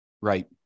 Right